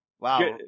Wow